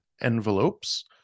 envelopes